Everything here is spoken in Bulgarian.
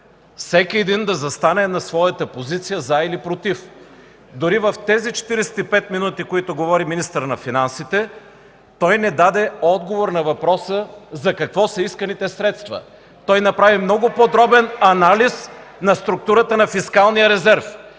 всеки един да застане на своята позиция „за” или „против”. Дори в тези 45 минути, в които говори министърът на финансите, той не даде отговор на въпроса за какво са исканите средства. (Силен шум и реплики от ГЕРБ.) Той направи много подробен анализ на структурата на фискалния резерв,